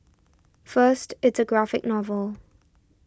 first it's a graphic novel